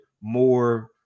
more